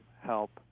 help